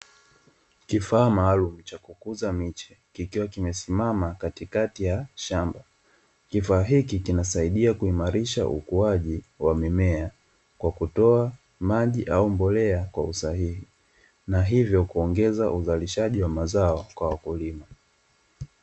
Kifaa maalumu cha kukuza miche, kikiwa kimesimama katikati ya shamba. Kifaa hiki kinasaidia kuimarisha ukuaji wa mimea, kwa kutoa maji au mbolea kwa usahihi, na hivyo kuongeza uzalishaji wa mazao kwa wakulima.